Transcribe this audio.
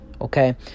Okay